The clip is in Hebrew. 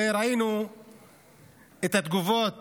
וראינו את התגובות